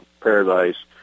paradise